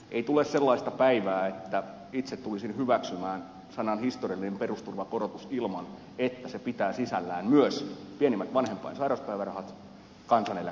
ei tule sellaista päivää että itse tulisin hyväksymään sanat historiallinen perusturvakorotus ilman että se pitää sisällään myös pienimmät vanhempainpäivärahat sairauspäivärahat kansaneläkkeen kotihoidon tuen